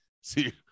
see